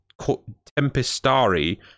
Tempestari